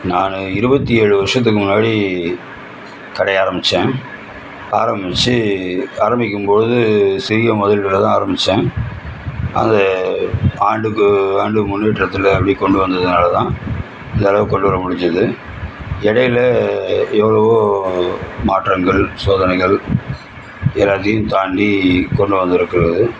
நான் இருபத்தி ஏழு வருஷத்துக்கு முன்னாடி கடையை ஆரம்பித்தேன் ஆரம்பிச்சு ஆரம்பிக்கும் போது சிறிய முதலீடுலதான் ஆரம்பித்தேன் அது ஆண்டுக்கு ஆண்டு முன்னேற்றத்தில் அப்படி கொண்டு வந்ததுனால்தான் இந்தளவு கொண்டு வர முடிஞ்சுது இடையில எ எவ்வளவோ மாற்றங்கள் சோதனைகள் எல்லாத்தையும் தாண்டி கொண்டு வந்திருக்கிறது